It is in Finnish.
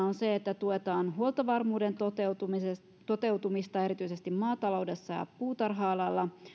on myöskin se että tuetaan huoltovarmuuden toteutumista toteutumista erityisesti maataloudessa ja puutarha alalla